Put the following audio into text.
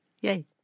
Yay